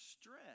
stress